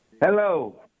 Hello